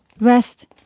rest